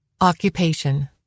occupation